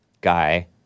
guy